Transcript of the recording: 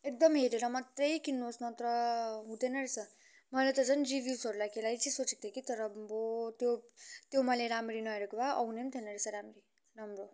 एकदम हेरेर मात्रै किन्नुहोस् नत्र हुँदैन रहेछ मैले त झन् जिबी फोरलाई खेलाइँची सोचेको थिएँ कि तर आम्बो त्यो त्यो मैले रामरी नहेरेको भए आउने पनि थिएन रहेछ राम्ररी राम्रो